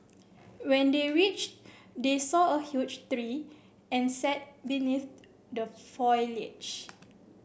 when they reached they saw a huge tree and sat beneath the foliage